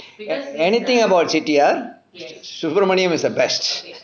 anything about chettiar subramanium is the best